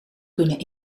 kunnen